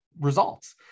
results